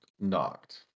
knocked